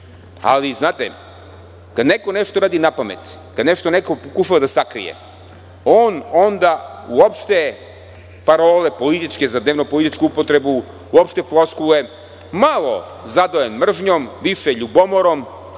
znate, kad neko nešto uradi napamet, kad neko nešto pokušava da sakrije, on onda uopšte, političke parole za dnevno političku upotrebu, uopšte floskule malo zadojen mržnjom, više ljubomorom,